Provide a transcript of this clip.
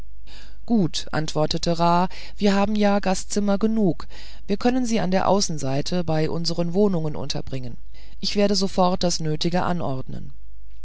gut antwortete ra wir haben ja gastzimmer genug wir können sie an der außenseite bei unseren wohnungen unterbringen ich werde sofort das nötige anordnen